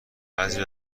بعضی